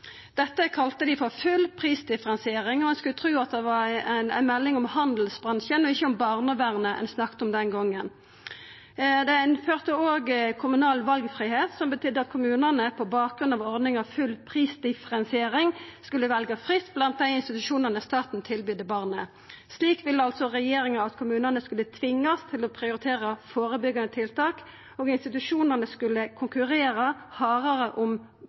Dette kalla dei full prisdifferensiering, og ein skulle tru det var ei melding om handelsbransjen og ikkje om barnevernet ein snakka om den gongen. Dei innførte òg kommunal valfridom, som betydde at kommunane på bakgrunn av ordninga med full prisdifferensiering skulle velja fritt blant dei institusjonane staten tilbydde barnet. Slik ville altså regjeringa at kommunane skulle tvingast til å prioritera førebyggjande tiltak, og institusjonane skulle konkurrera hardare om